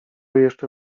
jeszcze